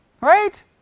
Right